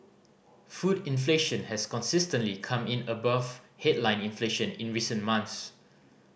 food inflation has consistently come in above headline inflation in recent months